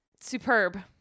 superb